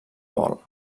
bol